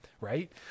right